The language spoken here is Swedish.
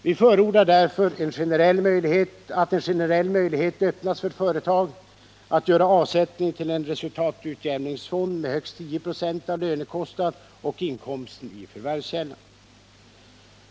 Vi förordar därför att en generell möjlighet öppnas för företag att göra avsättning till en resultatutjämningsfond med högst 10 96 av lönekostnaderna och inkomsten i förvärvskällan.